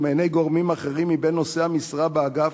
ומעיני גורמים אחרים מבין נושאי המשרה באגף,